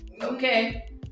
Okay